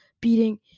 beating